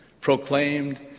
proclaimed